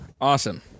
Awesome